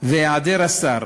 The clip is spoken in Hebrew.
והיעדר השר,